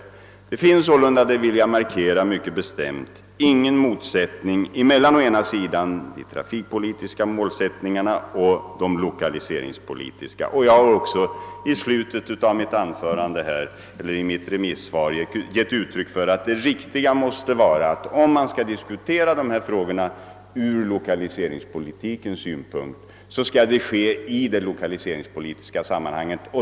Det finns således — det vill jag mycket bestämt framhålla — ingen motsättning mellan å ena sidan de trafikpolitiska målsättningarna och å andra sidan de lokaliseringspolitiska. Jag har också i slutet av mitt interpellationssvar gett uttryck för uppfattningen att det riktiga måste vara att diskutera dessa frågor ur lokaliseringspolitiska synpunkter just i lokaliseringssammanhang.